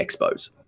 expos